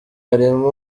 harimo